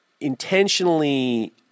intentionally